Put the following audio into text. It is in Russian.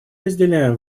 разделяем